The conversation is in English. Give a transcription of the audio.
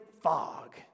fog